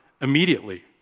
immediately